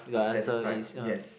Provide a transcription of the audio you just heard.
satisfied yes